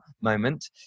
moment